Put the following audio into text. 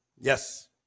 Yes